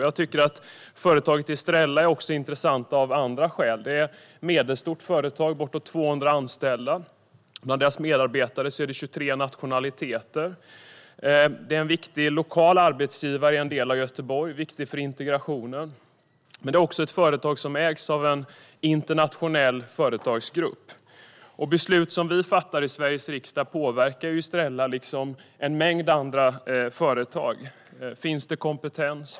Jag tycker att företaget Estrella är intressant också av andra skäl. Det är ett medelstort företag med bortåt 200 anställda. Bland medarbetarna finns 23 nationaliteter. Företaget är en viktig lokal arbetsgivare i en del av Göteborg, och det är viktigt för integrationen. Företaget ägs av en internationell företagsgrupp. Beslut som vi fattar i Sveriges riksdag påverkar Estrella liksom en mängd andra företag. Finns det kompetens?